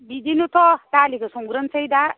बिदिनोथ' दालिखौ संग्रोनोसै दा